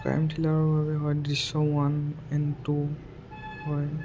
crime থ্ৰীলাৰৰ বাবে হয় দৃশ্যম ওৱান এণ্ড টু হয়